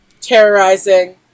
terrorizing